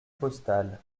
postal